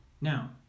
Now